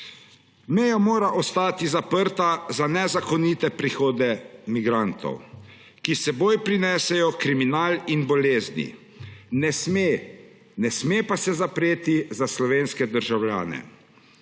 Meja mora ostati zaprta za nezakonite prihode migrantov, ki s seboj prinesejo kriminal in bolezni. Ne sme se pa zapreti za slovenske državljane.